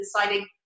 deciding